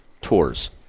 tours